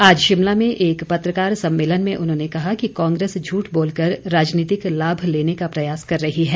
आज शिमला में एक पत्रकार सम्मेलन में उन्होंने कहा कि कांग्रेस झूठ बोलकर राजनीतिक लाभ लेने का प्रयास कर रही है